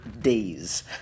days